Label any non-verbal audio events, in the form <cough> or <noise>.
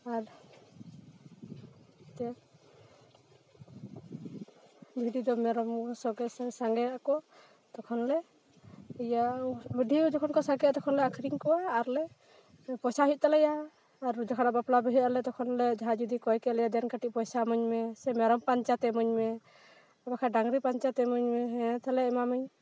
ᱟᱨ ᱪᱮᱫ ᱵᱷᱤᱰᱤ ᱫᱚ ᱢᱮᱨᱚᱢ <unintelligible> ᱥᱚᱲᱮᱜ ᱟᱠᱚ ᱛᱚᱠᱷᱚᱱ ᱞᱮ ᱤᱭᱟᱹ ᱵᱷᱤᱰᱤ ᱦᱚᱸ ᱡᱚᱠᱷᱚᱱ ᱠᱚ ᱥᱟᱸᱜᱮᱜᱼᱟ ᱛᱚᱠᱷᱚᱱ ᱞᱮ ᱟᱠᱷᱨᱤᱧ ᱠᱚᱣᱟ ᱟᱨ ᱞᱮ ᱯᱚᱭᱥᱟ ᱦᱩᱭᱩᱜ ᱛᱟᱞᱮᱭᱟ ᱟᱨ ᱡᱚᱠᱷᱚᱱ ᱞᱮ ᱵᱟᱯᱞᱟ ᱵᱤᱦᱟᱹᱜᱼᱟ ᱟᱞᱮ ᱛᱚᱠᱷᱚᱱ ᱞᱮ ᱡᱟᱦᱟᱸᱭ ᱡᱩᱫᱤᱭ ᱠᱚᱭ ᱠᱮᱫ ᱞᱮᱭᱟ ᱫᱮᱱ ᱠᱟᱹᱴᱤᱡ ᱯᱚᱭᱥᱟ ᱤᱢᱟᱹᱧ ᱢᱮ ᱥᱮ ᱢᱮᱨᱚᱢ ᱯᱟᱧᱪᱟ ᱛᱮ ᱤᱢᱟᱹᱧ ᱢᱮ ᱵᱟᱝᱠᱷᱟᱱ ᱰᱟᱝᱨᱤ ᱯᱟᱧᱪᱟ ᱛᱮ ᱤᱢᱟᱹᱧ ᱢᱮ ᱦᱮᱸ ᱛᱟᱦᱚᱞᱮ ᱮᱢᱟᱢᱟᱹᱧ